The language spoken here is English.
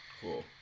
cool